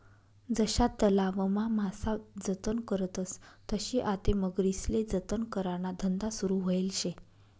जशा तलावमा मासा जतन करतस तशी आते मगरीस्ले जतन कराना धंदा सुरू व्हयेल शे